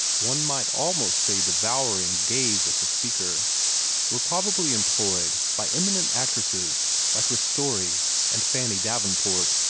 one might almost say devouring, gaze at the speaker were probably employed by eminent actresses like ristori and fanny davenport.